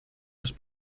los